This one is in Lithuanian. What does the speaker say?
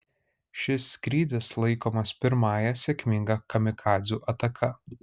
šis skrydis laikomas pirmąja sėkminga kamikadzių ataka